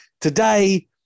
today